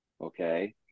Okay